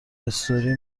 استوری